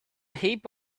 heap